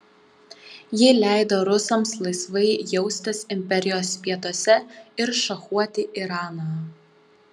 ji leido rusams laisvai jaustis imperijos pietuose ir šachuoti iraną